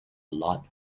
lot